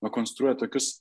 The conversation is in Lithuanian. na konstruoja tokius